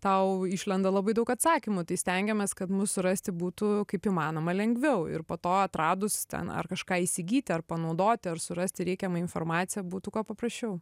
tau išlenda labai daug atsakymų tai stengiamės kad mus surasti būtų kaip įmanoma lengviau ir po to atradus ten ar kažką įsigyti ar panaudoti ar surasti reikiamą informaciją būtų kuo paprasčiau